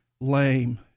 lame